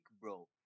bro